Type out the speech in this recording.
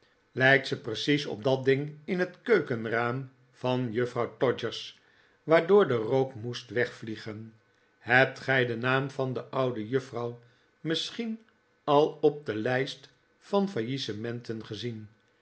lijkt ze precies op dat ding in het keukenraam van juffrouw todgers waardoor de rook moest wegvliegen hebt gij den naam van de oude juffrouw misschien al op de lijst van faillissementen gezien